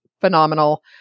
phenomenal